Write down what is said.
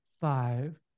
five